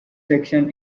section